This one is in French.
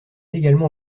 également